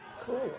Cool